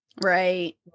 Right